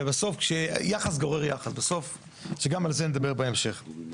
ובסוף, יחס גורר יחס, וגם על זה נדבר בהמשך.